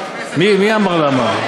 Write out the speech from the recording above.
מי אמר: למה?